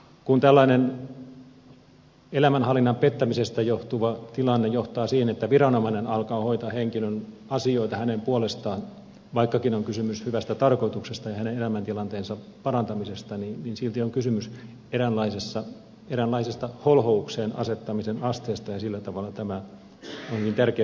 kun tällainen elämänhallinnan pettämisestä johtuva tilanne johtaa siihen että viranomainen alkaa hoitaa henkilön asioita hänen puolestaan vaikkakin on kysymys hyvästä tarkoituksesta ja hänen elämäntilanteensa parantamisesta niin silti on kysymys eräänlaisesta holhoukseen asettamisen asteesta ja sillä tavalla tämä on niin tärkeä perusoikeuksien kannalta